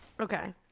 Okay